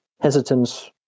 hesitance